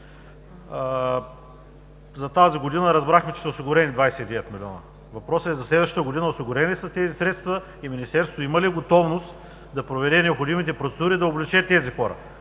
За тази година разбрахме, че са осигурени 29 милиона. Въпросът е: за следващата година осигурени ли са тези средства, Министерството има ли готовност да проведе необходимите процедури и да облече тези хора?